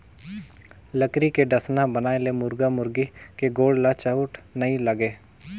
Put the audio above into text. लकरी के डसना बनाए ले मुरगा मुरगी के गोड़ ल चोट नइ लागे